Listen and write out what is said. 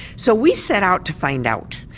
so we set out to find out.